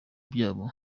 byabo